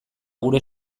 gure